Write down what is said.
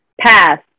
Pass